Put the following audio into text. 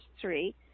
three